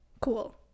cool